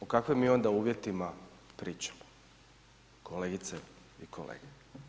O kakvim mi onda uvjetima pričamo, kolegice i kolege?